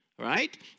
right